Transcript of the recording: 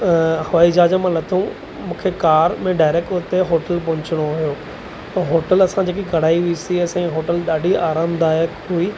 हवाई जहाज मां लथुमि मूंखे कार में डाइरैक्ट हुते होटल पहुचिणो हुओ त होटल असां जेकी कराई हुईसीं असांजी होटल ॾाढी आरामदायक हुई